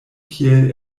kiel